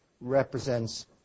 represents